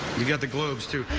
you got the globes too.